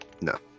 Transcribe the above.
No